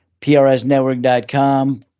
PRSnetwork.com